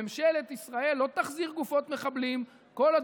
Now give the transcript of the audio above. ממשלת ישראל לא תחזיר גופות מחבלים כל עוד